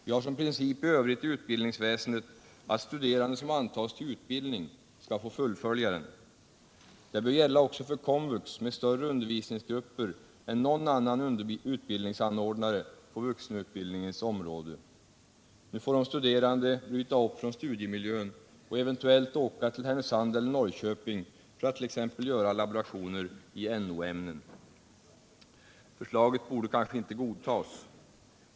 Vi har som princip i övrigt i utbildningsväsendet att studerande som antas till utbildning skall få fullfölja den. Det bör gälla också för Komvux med större undervisningsgrupper än någon annan utbildningsanordnare på vuxenutbildningens område. Nu får de studerande bryta upp från studiemiljön och eventuellt åka till Härnösand eller Norrköping för att t.ex. göra laborationer i No-ämnen. Förslaget borde kanske inte godtas.